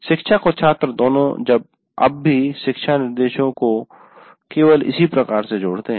शिक्षक और छात्र दोनों अब भी शिक्षानिर्देशों को केवल इसी प्रकार से जोड़ते हैं